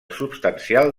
substancial